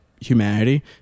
humanity